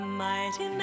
mighty